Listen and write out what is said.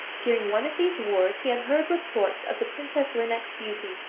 during one of these wars he had heard reports of the princess lineik's beauty,